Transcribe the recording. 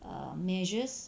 err measures